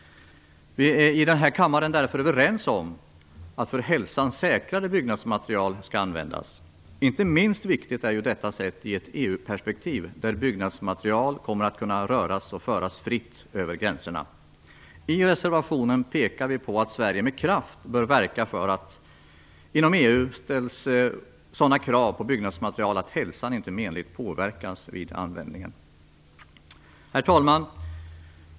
Vi i denna kammare är därför överens om att för hälsan säkrare bygnadsmaterial skall användas. Inte minst viktigt är detta i ett EU-perspektiv där byggnadsmaterial kommer att kunna röras och föras fritt över gränserna. I reservationen pekar vi på att Sverige med kraft bör verka för att det inom EU ställs sådana krav på byggnadsmaterial att hälsan inte menligt påverkas vid användningen. Herr talman!